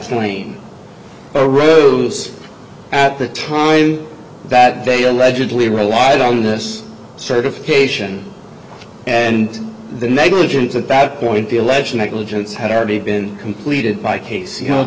direct lane arose at the time that they allegedly relied on this certification and the negligence at that point the alleged negligence had already been completed by case you know